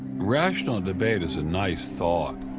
rational debate is a nice thought,